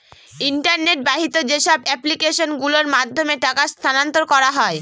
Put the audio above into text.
internet বাহিত যেসব application গুলোর মাধ্যমে টাকা স্থানান্তর করা হয়